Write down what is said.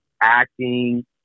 acting